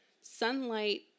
sunlight